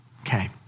Okay